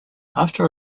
after